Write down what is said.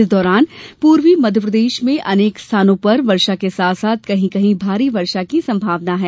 इस दौरान पूर्वी मध्यप्रदेश में अनेक स्थानों पर वर्षा के साथ कहीं कहीं भारी वर्षा की संभावना है